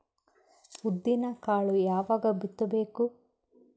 ಉದ್ದಿನಕಾಳು ಯಾವಾಗ ಬಿತ್ತು ಬೇಕು?